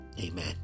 Amen